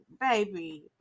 baby